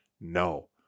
No